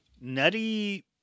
nutty